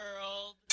world